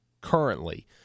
currently